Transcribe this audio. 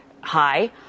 high